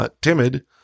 timid